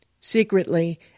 Secretly